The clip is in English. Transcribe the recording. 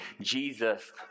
Jesus